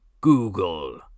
Google